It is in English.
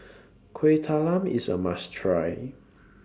Kueh Talam IS A must Try